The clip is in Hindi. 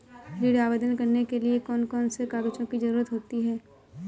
ऋण आवेदन करने के लिए कौन कौन से कागजों की जरूरत होती है?